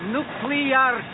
Nuclear